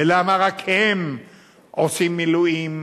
ולמה רק הם עושים מילואים,